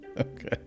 Okay